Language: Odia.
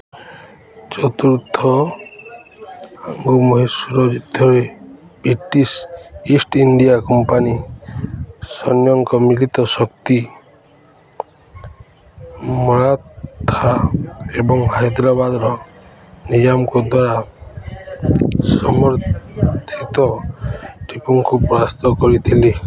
ଚତୁର୍ଥ ଆଙ୍ଗ୍ଲୋ ମହୀଶୂର ଯୁଦ୍ଧରେ ବ୍ରିଟିଶ ଇଷ୍ଟ ଇଣ୍ଡିଆ କମ୍ପାନୀ ସୈନ୍ୟଙ୍କ ମିଳିତ ଶକ୍ତି ମରାଠା ଏବଂ ହାଇଦ୍ରାବାଦର ନିଜାମଙ୍କ ଦ୍ୱାରା ସମର୍ଥିତ ଟିପୁଙ୍କୁ ପରାସ୍ତ କରିଥିଲେ